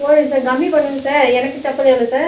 போதும் சார் கம்மி பண்ணுங்கள் சார் எனக்கு செப்பல் எவ்வளோ சார்